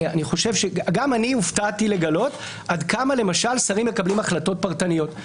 גם אני הופתעתי לגלות עד כמה למשל שרים מקבלים החלטות פרטניות,